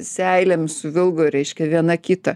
seilėm suvilgo reiškia viena kitą